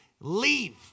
leave